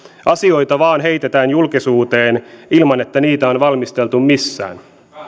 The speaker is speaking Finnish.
asioita vain heitetään julkisuuteen ilman että niitä on valmisteltu missään